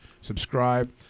subscribe